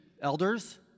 elders